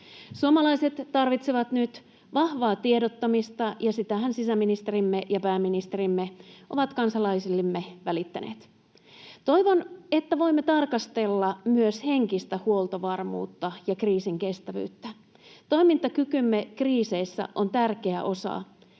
Suomalaiset tarvitsevat nyt vahvaa tiedottamista, ja tietoahan sisäministerimme ja pääministerimme ovat kansalaisillemme välittäneet. Toivon, että voimme tarkastella myös henkistä huoltovarmuutta ja kriisinkestävyyttä. Toimintakykymme kriiseissä on tärkeä osa